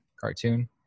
cartoon